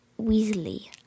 Weasley